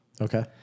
Okay